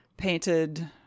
painted